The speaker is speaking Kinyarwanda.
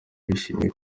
bishimiye